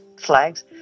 flags